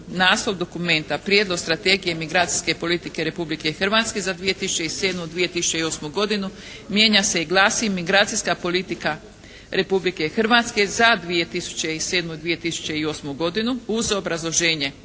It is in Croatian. Naslov dokumenta Prijedlog strategije migracijske politike Republike Hrvatske za 2007./2008. godinu mijenja se i glasi: "Migracijska politika Republike Hrvatske za 2007./2008. godinu uz obrazloženje,